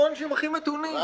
אנחנו האנשים הכי מתונים.